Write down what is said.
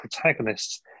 protagonists